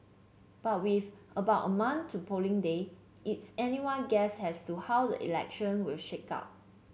but with about a month to polling day it's anyone guess as to how the election will shake out